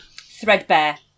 Threadbare